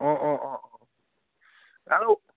অঁ অঁ অঁ অঁ আৰু